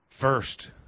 first